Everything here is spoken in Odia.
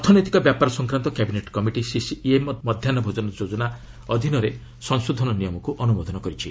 ଅର୍ଥ ନୈତିକ ବ୍ୟାପାର ସଂକ୍ରାନ୍ତ କ୍ୟାବିନେଟ୍ କମିଟି ସିସିଇଏ ମଧ୍ୟାହ୍ନ ଭୋଜନ ଯୋଜନା ଅଧୀନରେ ସଂଶୋଧିତ ନିୟମକୁ ଅନୁମୋଦନ କରିଛି